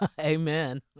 Amen